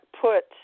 put